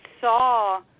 saw